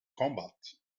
combat